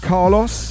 Carlos